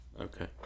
Okay